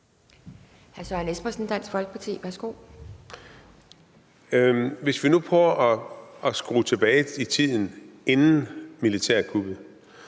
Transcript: Hvis vi nu prøver at skrue tiden tilbage til inden militærkuppet,